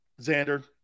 Xander